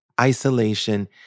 isolation